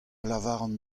lavaran